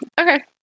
Okay